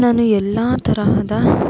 ನಾನು ಎಲ್ಲ ತರಹದ